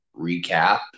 recap